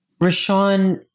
Rashawn